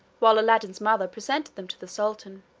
while aladdin's mother presented them to the sultan.